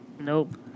nope